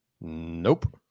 Nope